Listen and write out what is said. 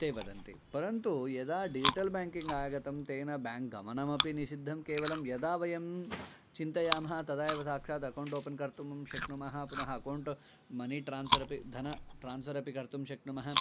ते वदन्ति परन्तु यदा डिज्टल् ब्याङ्किङ्ग् आगतं तेन बाङ्क् गमनम् अपि निषिद्धं केवलं यदा वयं चिन्तयामः तदा एव साक्षात् अकौन्ट् ओपन् कर्तुं शक्नुमः पुनः अकौन्ट् मनि ट्रान्स्फर् अपि धन ट्रान्स्फर् अपि कर्तुं शक्नुमः